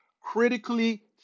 critically